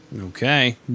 Okay